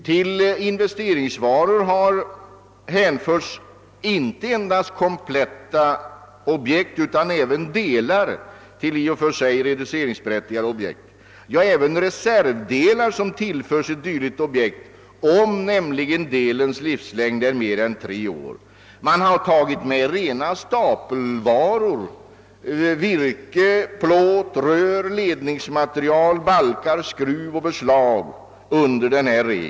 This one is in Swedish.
Till investeringsvaror har hänförts inte endast kompletta objekt utan även delar till i och för sig reduceringsberättigade objekt — ja, även reservdelar som tillförts ett dylikt objekt, om delens livslängd är mer än tre år. Man har tillämpat denna regel också på rena stapelvaror, såsom virke, plåt, rör, led ningsmaterial, balkar, skruv och beslag.